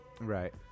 Right